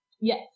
Yes